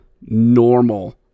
normal